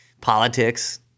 Politics